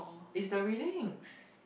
is the readings